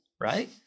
right